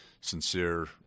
sincere